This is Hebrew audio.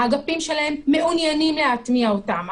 האגפים שלהם מעוניינים להטמיע אותם,